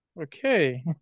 okay